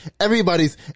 everybody's